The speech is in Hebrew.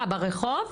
מה, ברחוב?